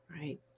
right